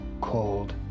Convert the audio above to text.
cold